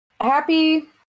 happy